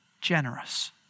Generous